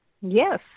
Yes